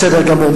בסדר גמור.